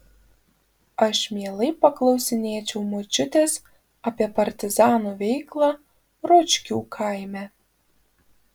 aš mielai paklausinėčiau močiutės apie partizanų veiklą ročkių kaime